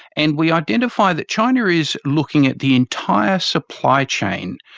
and we identify that china is looking at the entire supply chain,